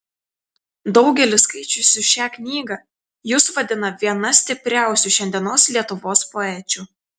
daugelis skaičiusių šią knygą jus vadina viena stipriausių šiandienos lietuvos poečių